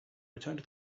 returned